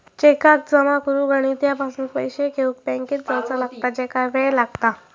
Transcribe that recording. चेकाक जमा करुक आणि त्यापासून पैशे घेउक बँकेत जावचा लागता ज्याका वेळ लागता